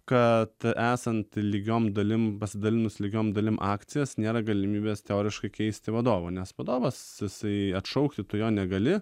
kad esant lygiom dalim pasidalinus lygiom dalim akcijas nėra galimybės teoriškai keisti vadovo nes vadovas jisai atšaukti tu jo negali